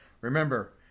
Remember